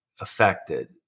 affected